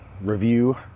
review